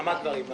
כמה דברים.